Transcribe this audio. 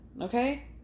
Okay